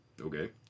Okay